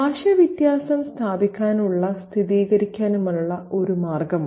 ഭാഷ വ്യത്യാസം സ്ഥാപിക്കാനും സ്ഥിരീകരിക്കാനുമുള്ള ഒരു മാർഗമാണ്